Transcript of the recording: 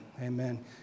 Amen